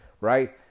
right